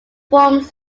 forms